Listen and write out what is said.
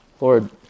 Lord